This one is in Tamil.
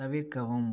தவிர்க்கவும்